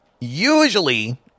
usually